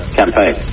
campaign